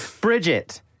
Bridget